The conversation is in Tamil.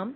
நாம்